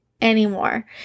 Anymore